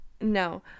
No